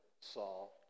Saul